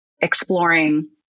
exploring